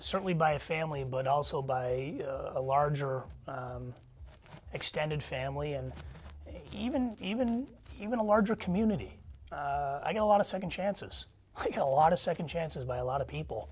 certainly by a family but also by a larger extended family and even even even a larger community you know a lot of second chances like a lot of second chances by a lot of people